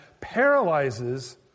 paralyzes